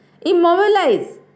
Immobilize